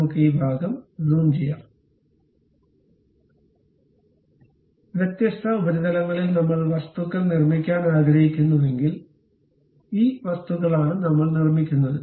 നമുക്ക് ഈ ഭാഗം സൂം ചെയ്യാം അതിനാൽ വ്യത്യസ്ത ഉപരിതലങ്ങളിൽനമ്മൾ വസ്തുക്കൾ നിർമ്മിക്കാൻ ആഗ്രഹിക്കുന്നുവെങ്കിൽ ഈ വസ്തുക്കളാണ് നമ്മൾ നിർമ്മിക്കുന്നത്